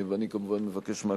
אני כמובן מבקש מהכנסת,